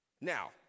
Now